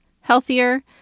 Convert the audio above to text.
healthier